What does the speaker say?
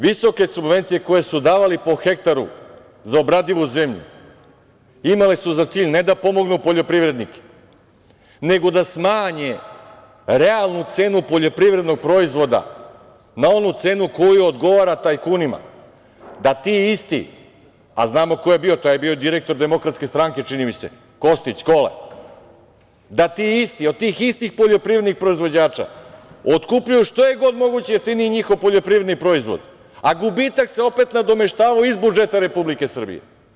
Visoke subvencije koje su davali po hektaru za obradivu zemlju imale su za cilj ne da pomognu poljoprivrednike, nego da smanje realnu cenu poljoprivrednog proizvoda na onu cenu koja odgovara tajkunima, da ti isti, a znamo ko je to bio, to je bio direktor Demokratske stranke, čini mi se, Kostić, Kole, da ti isti, od tih istih poljoprivrednih proizvođača otkupljuju što je god moguće jeftinije njihov poljoprivredni proizvod, a gubitak se opet nadomeštavao iz budžeta Republike Srbije.